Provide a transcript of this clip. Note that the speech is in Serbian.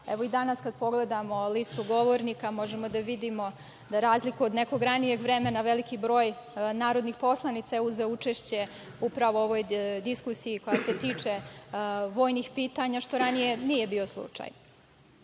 I danas, kada pogledamo listu govornika, možemo da vidimo, za razliku od nekog ranijeg vremena, veliki broj narodnih poslanica je uzeo učešće upravo u ovoj diskusiji koja se tiče vojnih pitanja, što ranije nije bio slučaj.U